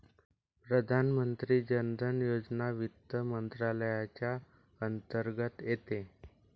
प्रधानमंत्री जन धन योजना वित्त मंत्रालयाच्या अंतर्गत येते